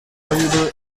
valuable